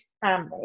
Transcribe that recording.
family